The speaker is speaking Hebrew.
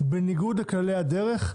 בניגוד לכללי הדרך,